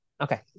Okay